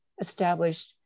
established